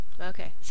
Okay